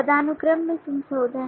पदानुक्रम में संशोधन